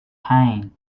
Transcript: pain